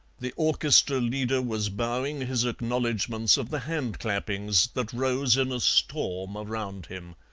the orchestra leader was bowing his acknowledgments of the hand-clappings that rose in a storm around him.